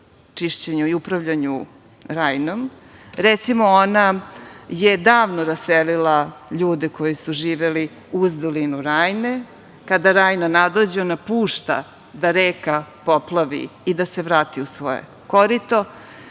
čišćenju i upravljanju Rajnom. Recimo, ona je davno raselila ljude koji su živeli uz dolinu Rajne. Kada Rajna nadođe ona pušta da reka poplavi i da se vrati u svoje korito